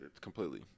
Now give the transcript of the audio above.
Completely